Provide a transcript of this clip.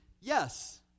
Yes